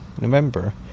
November